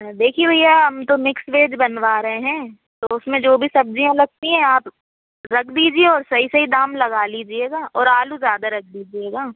देखिए भैया हम तो मिक्स वेज बनवा रहे हैं तो उस में जो भी सब्ज़ियाँ लगती हैं आप रख दीजिए और सही सही दाम लगा लीजिएगा और आलू ज़्यादा रख दीजिएगा